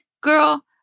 girl